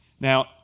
Now